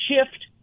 shift